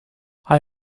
hij